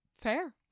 Fair